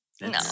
No